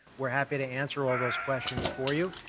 we're happy to answer all those questions for you,